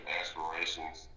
aspirations